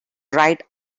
ride